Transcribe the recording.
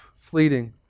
fleeting